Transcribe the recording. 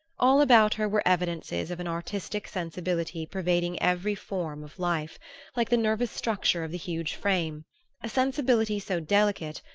all about her were evidences of an artistic sensibility pervading every form of life like the nervous structure of the huge frame a sensibility so delicate,